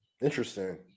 Interesting